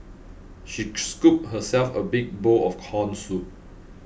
she scooped herself a big bowl of Corn Soup